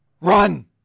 Run